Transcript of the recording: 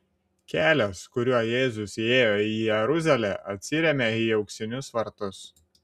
kelias kuriuo jėzus įėjo į jeruzalę atsiremia į auksinius vartus